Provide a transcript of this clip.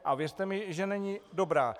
A věřte mi, že není dobrá.